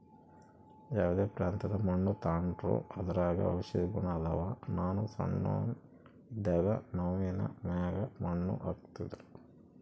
ಯಾವ್ದೇ ಪ್ರಾಂತ್ಯದ ಮಣ್ಣು ತಾಂಡ್ರೂ ಅದರಾಗ ಔಷದ ಗುಣ ಅದಾವ, ನಾನು ಸಣ್ಣೋನ್ ಇದ್ದಾಗ ನವ್ವಿನ ಮ್ಯಾಗ ಮಣ್ಣು ಹಾಕ್ತಿದ್ರು